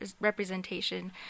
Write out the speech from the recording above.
representation